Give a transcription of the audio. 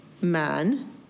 man